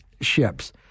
ships